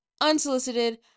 unsolicited